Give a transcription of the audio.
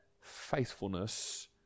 faithfulness